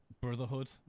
Brotherhood